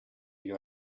you